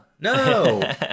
No